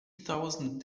thousand